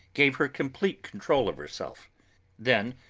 gave her complete control of herself then,